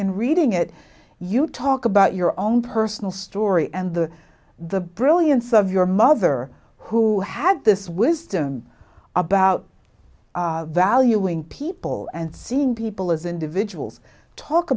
in reading it you talk about your own personal story and the the brilliance of your mother who had this wisdom about valuing people and seeing people as individuals talk